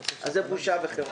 אז זה בושה וחרפה.